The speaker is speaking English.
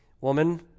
woman